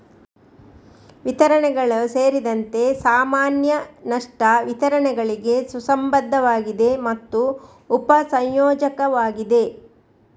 ವಿತರಣೆಗಳು ಸೇರಿದಂತೆ ಸಾಮಾನ್ಯ ನಷ್ಟ ವಿತರಣೆಗಳಿಗೆ ಸುಸಂಬದ್ಧವಾಗಿದೆ ಮತ್ತು ಉಪ ಸಂಯೋಜಕವಾಗಿದೆ